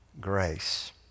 grace